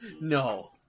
no